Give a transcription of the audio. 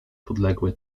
podległy